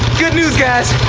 good news guys,